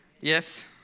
Yes